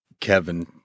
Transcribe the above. Kevin